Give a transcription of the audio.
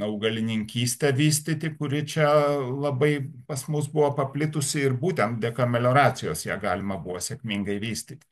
augalininkystę vystyti kuri čia labai pas mus buvo paplitusi ir būtent dėka melioracijos ją galima buvo sėkmingai vystyt